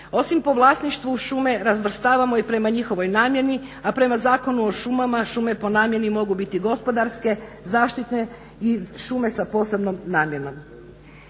Osim po vlasništvu šume razvrstavamo i prema njihovoj namjeni, a prema Zakonu o šumama šume po namjeni mogu biti gospodarske, zaštitne i šume sa posebnom namjenom.